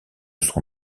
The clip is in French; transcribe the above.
son